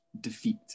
defeat